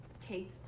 Take